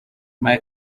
mike